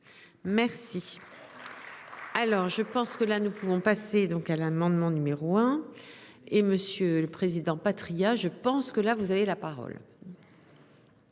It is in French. Merci. Alors je pense que là, nous pouvons passer donc à l'amendement numéro un. Et Monsieur le Président Patria. Je pense que là vous avez la parole.